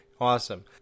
Awesome